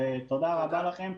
תודה רבה לכם.